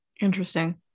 Interesting